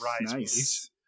Nice